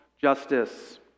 justice